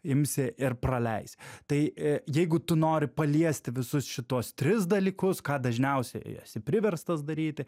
imsi ir praleisi tai i jeigu tu nori paliesti visus šituos tris dalykus ką dažniausiai esi priverstas daryti